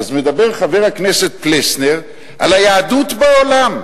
אז מדבר חבר הכנסת פלסנר על היהדות בעולם.